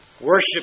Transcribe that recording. Worship